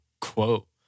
quote